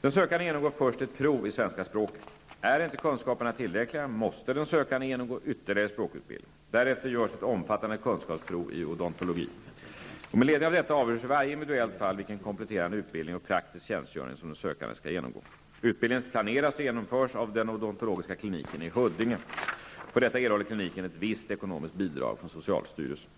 Den sökande genomgår först ett prov i svenska språket. Är kunskaperna inte tillräckliga måste den sökande genomgå ytterligare språkutbildning. Därefter görs ett omfattande kunskapsprov i odontologi. Med ledning av detta avgörs i varje individuellt fall vilken kompletterande utbildning och praktisk tjänstgöring som den sökande skall genomgå. Utbildningen planeras och genomförs av den odontologiska kliniken i Huddinge. För detta erhåller kliniken ett visst ekonomiskt bidrag från socialstyrelsen.